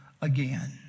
again